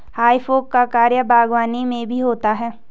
हेइ फोक का प्रयोग बागवानी में भी होता है